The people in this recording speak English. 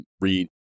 read